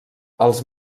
els